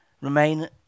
remain